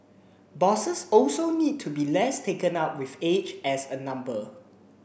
bosses also need to be less taken up with age as a number